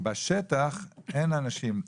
בשטח אין אנשים,